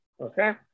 okay